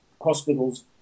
hospitals